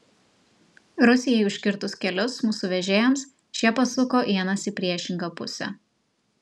rusijai užkirtus kelius mūsų vežėjams šie pasuko ienas į priešingą pusę